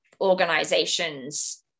organizations